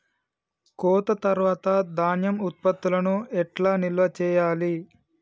కోత తర్వాత ధాన్యం ఉత్పత్తులను ఎట్లా నిల్వ చేయాలి?